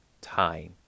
time